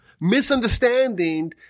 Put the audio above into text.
misunderstanding